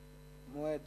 את המועד